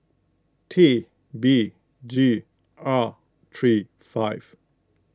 T B G R three five